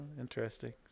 interesting